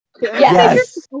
Yes